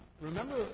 Remember